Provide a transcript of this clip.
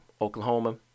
Oklahoma